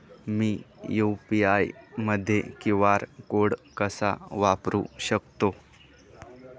मी UPI मध्ये QR code कसा वापरु शकते?